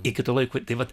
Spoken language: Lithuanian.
iki to laiko tai vat